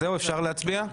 אז זהו אפשר להצביע?